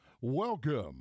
Welcome